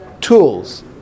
tools